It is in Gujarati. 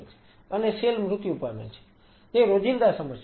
અને સેલ મૃત્યુ પામે છે તે રોજિંદા સમસ્યા છે